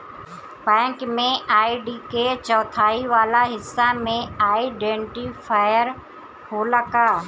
Bank में ID के चौथाई वाला हिस्सा में आइडेंटिफैएर होला का?